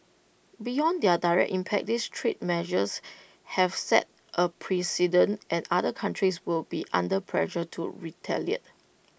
beyond their direct impact these trade measures have set A precedent and other countries will be under pressure to retaliate